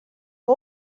que